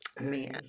man